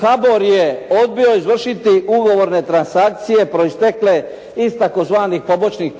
HABOR je odbio izvršiti ugovorne transakcije proistekle iz tzv. pobočnih